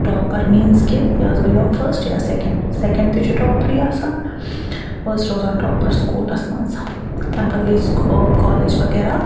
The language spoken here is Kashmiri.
ٹواپَر میٖنٕز کہِ یا ٲسٕس بہٕ یِوان فٔرسٹہٕ یا سیٚکَنٛڈ سیٚکَنٛڈ تہِ چھُ ٹاپرٕے آسان بہٕ ٲسٕس روزان ٹواپَر سُکوٗلَس منٛز اَمہِ پتہٕ گٔے أسۍ کالیج وغیرہ